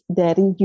dari